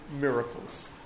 miracles